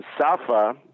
Safa